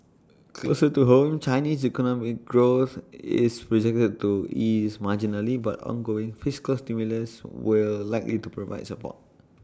closer to home China's economic growth is projected to ease marginally but ongoing fiscal stimulus will likely to provide support